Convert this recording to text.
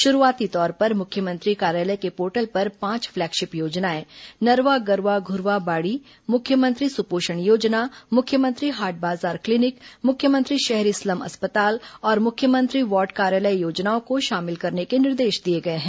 शुरूआती तौर पर मुख्यमंत्री कार्यालय के पोर्टल पर पांच फ्लैगशिप योजनाएं नरवा गरूवा घुरूवा बाड़ी मुख्यमंत्री सुपोषण योजना मुख्यमंत्री हाट बाजार क्लीनिक मुख्यमंत्री शहरी स्लम अस्पताल और मुख्यमंत्री वार्ड कार्यालय योजनाओं को शामिल करने के निर्देश दिए गए हैं